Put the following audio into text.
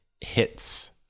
hits